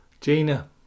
Gina